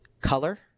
color